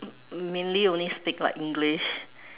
mainly only speak like English